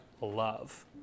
love